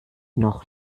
noch